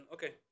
Okay